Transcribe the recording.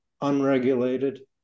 unregulated